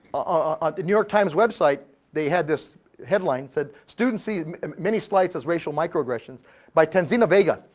ah in new york times website they had this headline said, students see many slights as racial microaggressions by tanzina vega.